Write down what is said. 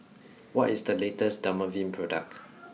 what is the latest Dermaveen product